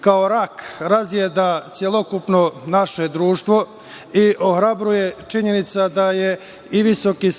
kao rak razjeda celokupno naše društvo. Ohrabruje činjenica da je i Visoki